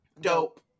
Dope